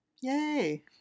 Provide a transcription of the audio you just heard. yay